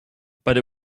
but